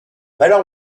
valeur